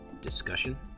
discussion